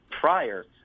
prior